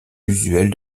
usuel